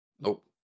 Nope